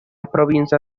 provincia